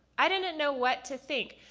i didn't know what to think.